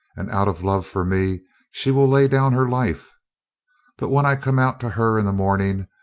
and out of love for me she will lay down her life but when i come out to her in the morning,